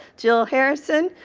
jill harrison,